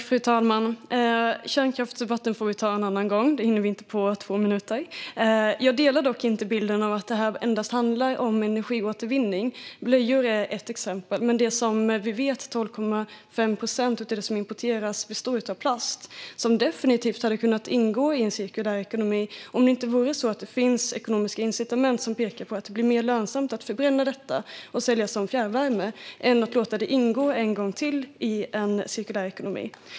Fru talman! Kärnkraftsdebatten får vi ta en annan gång. Det hinner vi inte på två minuter. Jag delar inte bilden av att det här endast handlar om energiåtervinning. Blöjor är ett exempel, men som vi vet består 12,5 procent av det som importeras av plast som definitivt hade kunnat ingå i en cirkulär ekonomi - om det inte vore så att det finns ekonomiska incitament som pekar på att det blir mer lönsamt att förbränna det och sälja som fjärrvärme än att låta det ingå en gång till i en cirkulär ekonomi.